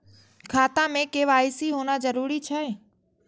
खाता में के.वाई.सी होना जरूरी छै?